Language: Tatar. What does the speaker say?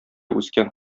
үскән